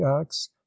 acts